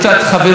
ובאמת,